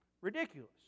Ridiculous